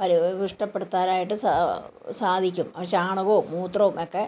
ഫലപുഷ്ടപ്പെടുത്താൻ ആയിട്ട് സാ സാധിക്കും ചാണകവും മൂത്രവും ഒക്കെ